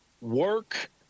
work